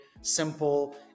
simple